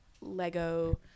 Lego